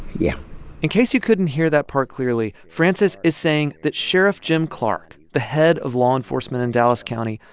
yeah in case you couldn't hear that part clearly, frances is saying that sheriff jim clark, the head of law enforcement in dallas county,